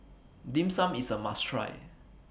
Dim Sum IS A must Try